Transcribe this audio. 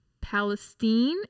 palestine